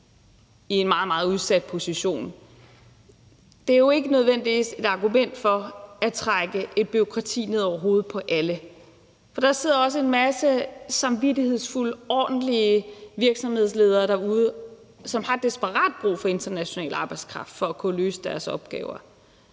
meget, meget udsat position, er jo ikke nødvendigvis et argument for at trække et bureaukrati ned over hovedet på alle. For der sidder også en masse samvittighedsfulde, ordentlige virksomhedsledere derude, som har desperat brug for international arbejdskraft for at kunne løse deres opgaver,